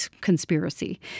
conspiracy